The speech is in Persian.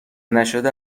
نشده